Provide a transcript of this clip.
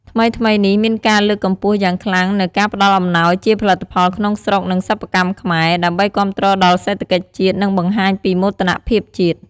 ថ្មីៗនេះ មានការលើកកម្ពស់យ៉ាងខ្លាំងនូវការផ្តល់អំណោយជាផលិតផលក្នុងស្រុក និងសិប្បកម្មខ្មែរ ដើម្បីគាំទ្រដល់សេដ្ឋកិច្ចជាតិ និងបង្ហាញពីមោទកភាពជាតិ។